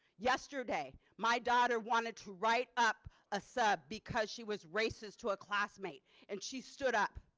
yesterday my daughter wanted to write up a sub because she was racist to a classmate and she stood up.